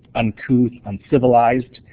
uncouth, uncivilized.